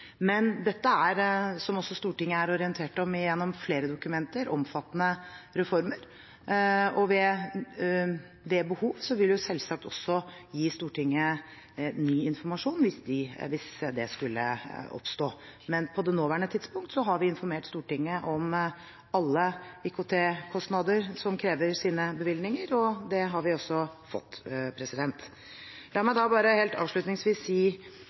Men dette er – som også Stortinget er orientert om gjennom flere dokumenter – omfattende reformer, og ved behov vil vi selvsagt også gi Stortinget ny informasjon hvis det skulle oppstå. Men på det nåværende tidspunkt har vi informert Stortinget om alle IKT-kostnader som krever sine bevilgninger, og det har vi også fått. La meg da bare helt avslutningsvis si